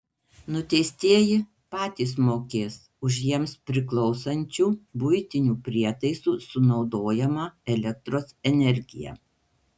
nuteistieji patys mokės už jiems priklausančių buitinių prietaisų sunaudojamą elektros energiją